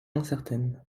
incertaine